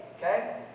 okay